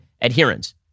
adherence